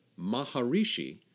Maharishi